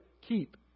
keep